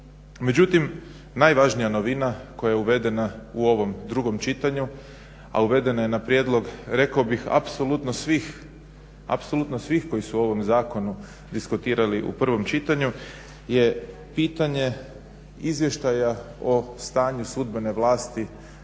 Međutim, najvažnija novina koja je uvedena u ovom drugom čitanju a uvedena je na prijedlog rekao bih apsolutno svih koji su o ovom zakonu diskutirali u prvom čitanju je pitanje izvještaja o stanju sudbene vlasti